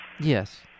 Yes